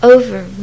over